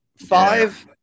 five